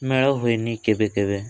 ମେଳ ହୁଏନି କେବେ କେବେ